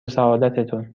سعادتتون